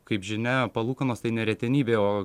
kaip žinia palūkanos tai ne retenybė o